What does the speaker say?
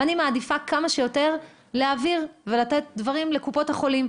אני מעדיפה כמה שיותר להעביר ולתת דברים לקופות החולים,